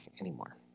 anymore